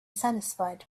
satisfied